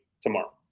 tomorrow